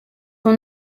son